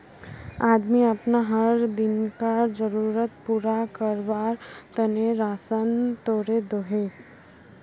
आदमी अपना हर दिन्कार ज़रुरत पूरा कारवार तने राशान तोड़े दोहों